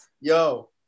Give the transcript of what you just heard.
Yo